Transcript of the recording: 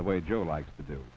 the way joe likes to do